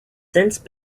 since